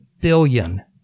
billion